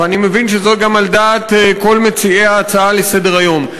ואני מבין שזה גם על דעת כל מציעי ההצעה לסדר-היום,